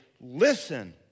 listen